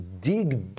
dig